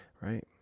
right